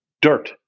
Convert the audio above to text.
dirt